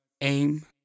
aim